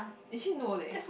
did she no leh